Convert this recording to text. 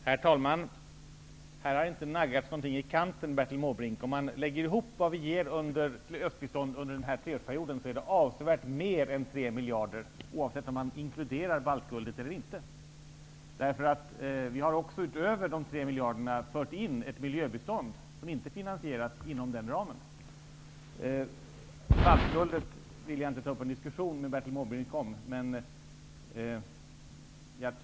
Herr talman! Här har inte naggats någonting i kanten, Bertil Måbrink. Om man lägger ihop vad vi ger i östbistånd under treårsperioden, blir det avsevärt mer än 3 miljarder, oavsett om man inkluderar baltguldet eller inte. Vi har utöver de 3 miljarderna fört in ett miljöbistånd som inte är finansierat inom den ramen. Vad gäller baltguldet vill jag inte ta upp en diskussion med Bertil Måbrink.